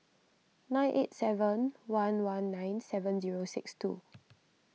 nine eight seven one one nine seven zero six two